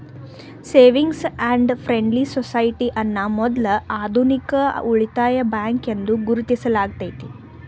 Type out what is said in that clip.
savings and friendly society ಅನ್ನ ಮೊದ್ಲ ಆಧುನಿಕ ಉಳಿತಾಯ ಬ್ಯಾಂಕ್ ಎಂದು ಗುರುತಿಸಲಾಗೈತೆ